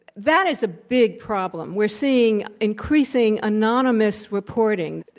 that is a big problem. we're seeing increasing anonymous reporting.